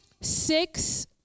six